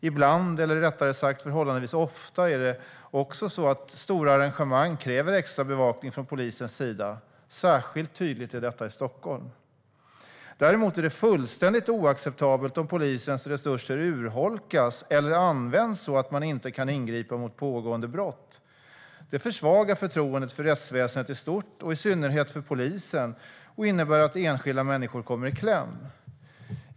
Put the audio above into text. Ibland - eller rättare sagt förhållandevis ofta - är det också så att stora arrangemang kräver extra bevakning från polisens sida. Särskilt tydligt är detta i Stockholm. Däremot är det fullständigt oacceptabelt om polisens resurser urholkas eller används så att man inte kan ingripa mot pågående brott. Det försvagar förtroendet för rättsväsendet i stort, och i synnerhet för polisen, och innebär att enskilda människor kommer i kläm.